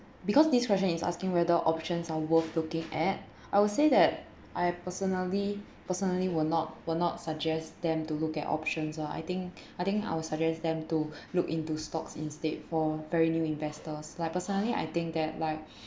because this question is asking whether options are worth looking at I would say that I personally personally will not will not suggest them to look at options ah I think I think I will suggest them to look into stocks instead for very new investors like personally I think that like